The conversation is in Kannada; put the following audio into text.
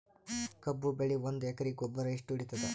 ಕಬ್ಬು ಬೆಳಿ ಒಂದ್ ಎಕರಿಗಿ ಗೊಬ್ಬರ ಎಷ್ಟು ಹಿಡೀತದ?